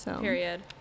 Period